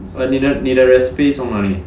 but 你的你的 recipe 从哪里